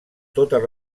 totes